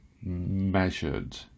Measured